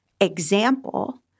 example